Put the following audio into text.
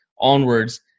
onwards